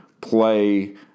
play